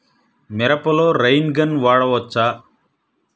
మిరపలో rain gun వాడవచ్చా?